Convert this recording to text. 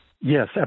Yes